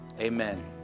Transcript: amen